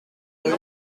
rue